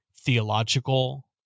theological